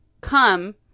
come